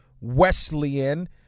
Wesleyan